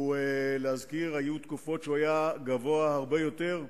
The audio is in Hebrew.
ולהזכיר, היו תקופות שהוא היה גבוה הרבה יותר,